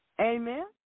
Amen